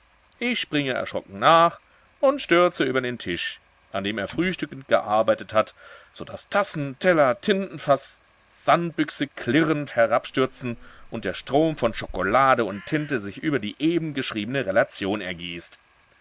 ich springe erschrocken nach und stürze über den tisch an dem er frühstückend gearbeitet hat so daß tassen teller tintenfaß sandbüchse klirrend herabstürzen und der strom von schokolade und tinte sich über die eben geschriebene relation ergießt